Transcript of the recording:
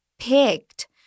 Picked